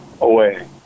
away